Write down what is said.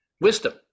wisdom